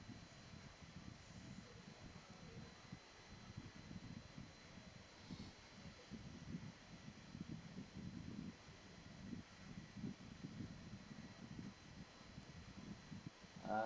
uh